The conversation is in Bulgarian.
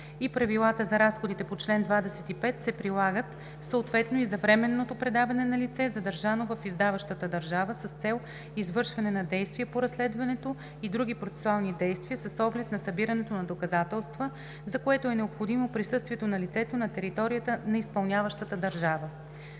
и правилата за разходите по чл. 25 се прилагат съответно и за временното предаване на лице, задържано в издаващата държава с цел извършване на действие по разследването и други процесуални действия, с оглед на събирането на доказателства, за което е необходимо присъствието на лицето на територията на изпълняващата държава.“